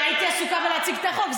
כי הייתי עסוקה בלהציג את החוק,